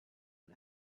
and